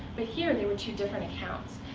but here, they were two different accounts.